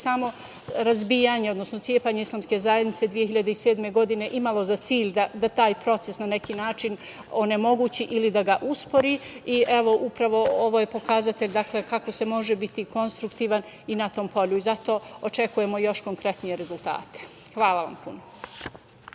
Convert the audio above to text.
samo razbijanje, odnosno cepanje Islamske zajednice 2007. godine imalo za cilj da taj proces na neki način onemogući ili d ga uspori. Evo, upravo ovo je pokazatelj, dakle, kako se može biti konstruktivan i na tom polju. Zato očekujemo još konkretnije rezultate. Hvala vam puno.